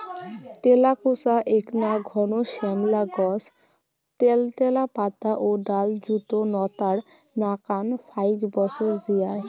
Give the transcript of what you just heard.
তেলাকুচা এ্যাকনা ঘন শ্যামলা গছ ত্যালত্যালা পাতা ও ডালযুত নতার নাকান ফাইক বছর জিয়ায়